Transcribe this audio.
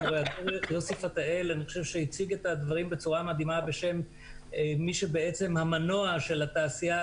יוסי פתאל הציג את הדברים בצורה מדהימה בשם מי שהמנוע של התעשייה,